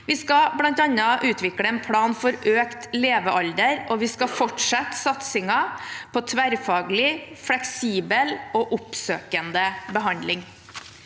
Vi skal bl.a. utvikle en plan for økt levealder, og vi skal fortsette satsingen på tverrfaglig, fleksibel og oppsøkende behandling.